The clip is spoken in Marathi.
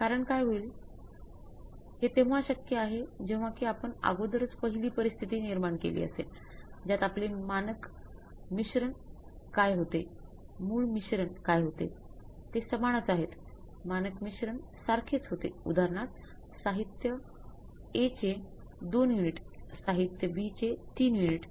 कारण काय होईल हे तेव्हा शक्य आहे जेव्हा कि आपण अगोदरच पहिली परिस्थिती निर्माण केली असेल ज्यात आपले मानक मिश्रण काय होते